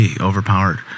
overpowered